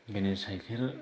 दिनै साइकेल